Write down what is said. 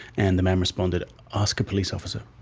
and the man responded, ask a police officer.